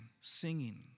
singing